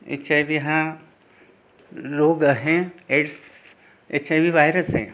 HIV हा रोग आहे एड्स एचआयवी व्हायरस आहे